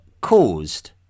caused